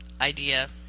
idea